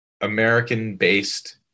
American-based